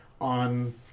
on